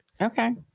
okay